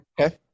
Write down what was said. Okay